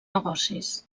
negocis